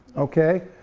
okay,